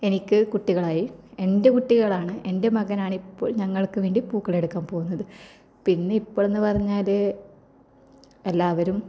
എനിക്ക് കുട്ടികളായി എൻ്റെ കുട്ടികളാണ് എൻ്റെ മകനാണ് ഇപ്പോൾ ഞങ്ങൾക്ക് വേണ്ടി പൂക്കളെടുക്കാൻ പോകുന്നത് പിന്നെ ഇപ്പോൾ എന്ന് പറഞ്ഞാൽ എല്ലാവരും